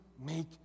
make